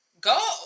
Go